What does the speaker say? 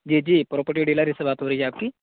جی جی property dealer ہی سے بات ہو رہی ہے آپ کی